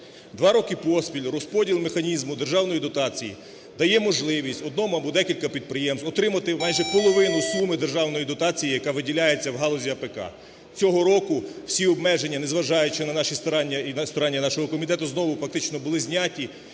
Два роки поспіль розподіл механізму державної дотації дає можливість одному або декільком підприємствам отримати майже половину суми державної дотації, яка виділяється в галузі АПК. Цього року всі обмеження, не заважаючи на наші старання і на старання нашого комітету, знову фактично були зняті